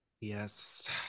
Yes